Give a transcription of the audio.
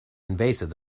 invasive